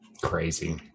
crazy